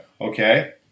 Okay